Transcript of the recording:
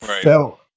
felt